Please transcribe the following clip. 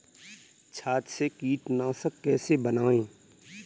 छाछ से कीटनाशक कैसे बनाएँ?